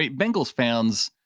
ah bengals fans,